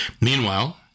Meanwhile